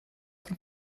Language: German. von